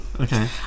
Okay